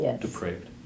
depraved